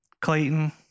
Clayton